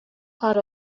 part